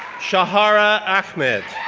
shahara ahmed,